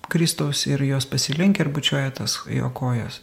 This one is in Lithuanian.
kristaus ir jos pasilenkia ir bučiuoja tas jo kojas